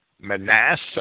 Manasseh